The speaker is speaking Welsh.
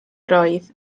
roedd